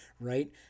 Right